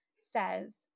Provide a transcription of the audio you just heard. says